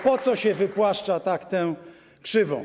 Po co się wypłaszcza tak tę krzywą?